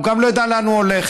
הוא גם לא יודע לאן הוא הולך.